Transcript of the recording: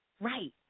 Right